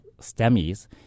STEMIs